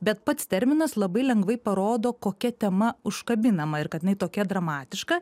bet pats terminas labai lengvai parodo kokia tema užkabinama ir kad jinai tokia dramatiška